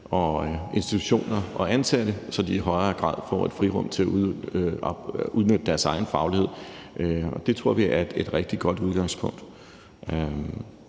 og institutioner og ansatte, så de i højere grad får et frirum til at udnytte deres egen faglighed. Det tror vi er et rigtig godt udgangspunkt.